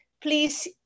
please